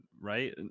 right